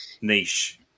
niche